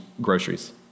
groceries